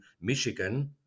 Michigan